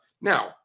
Now